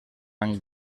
amb